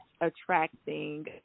attracting